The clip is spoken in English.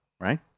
right